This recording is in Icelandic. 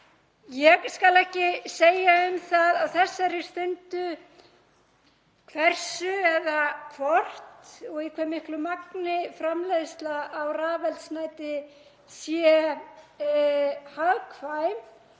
Ég skal ekki segja um það á þessari stundu hversu eða hvort og í hve miklu magni framleiðsla á rafeldsneyti sé hagkvæm